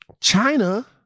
China